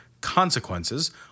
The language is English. consequences